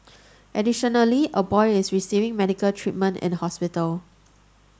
additionally a boy is receiving medical treatment in hospital